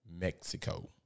Mexico